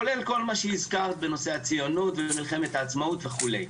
כולל מה שהזכרת בנושא הציונות ומלחמת העצמאות וכולי.